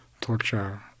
torture